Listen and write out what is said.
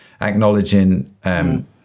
acknowledging